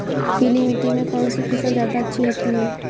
पीली मिट्टी में कौन सी फसल ज्यादा अच्छी होती है?